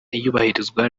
iyubahirizwa